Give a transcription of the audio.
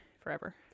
forever